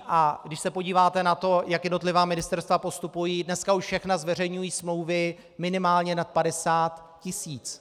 A když se podíváte na to, jak jednotlivá ministerstva postupují, dneska už všechna zveřejňují smlouvy minimálně nad 50 tisíc.